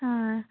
हाँ